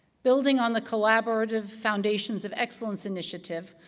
building on the collaborative foundations of excellence initiative,